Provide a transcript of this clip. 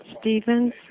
Stevens